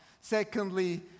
Secondly